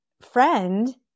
friend